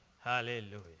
Hallelujah